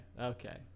okay